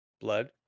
Blood